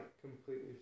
completely